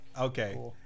okay